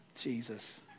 Jesus